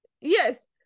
Yes